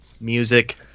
music